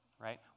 right